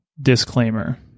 Disclaimer